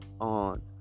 on